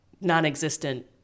non-existent